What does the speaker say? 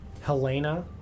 Helena